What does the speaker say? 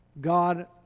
God